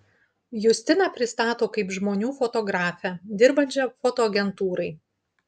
justiną pristato kaip žmonių fotografę dirbančią fotoagentūrai